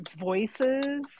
voices